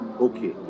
Okay